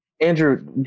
Andrew